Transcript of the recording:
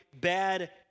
bad